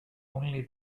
only